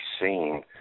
seen